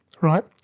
right